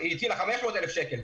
היא הטילה 500,000 שקל,